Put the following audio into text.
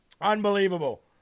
Unbelievable